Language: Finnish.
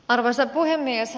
arvoisa puhemies